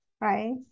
right